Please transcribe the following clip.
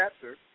chapter